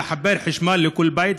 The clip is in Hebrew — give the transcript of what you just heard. לחבר לחשמל כל בית,